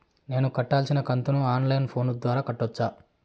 నేను కట్టాల్సిన కంతును ఆన్ లైను ఫోను ద్వారా కట్టొచ్చా?